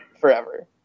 forever